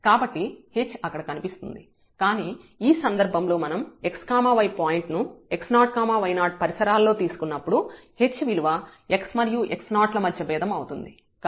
కాబట్టి h అక్కడ కనిపిస్తోంది కానీ ఈ సందర్భంలో మనం x y పాయింట్ ను x0 y0 పరిసరాల్లో తీసుకున్నప్పుడు h విలువ x మరియు x0 ల మధ్య భేదం అవుతుంది